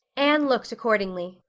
anne looked accordingly.